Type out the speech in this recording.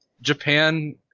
Japan